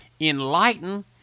enlighten